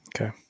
Okay